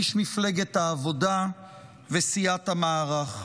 איש מפלגת העבודה וסיעת המערך.